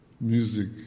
music